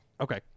Okay